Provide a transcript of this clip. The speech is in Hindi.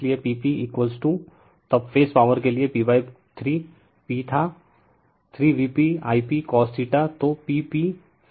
इसलिए Pp तब फेज पावर के लिए p 3 p था 3VpI p cos तो P p फेज के लिए VpI p cos होगा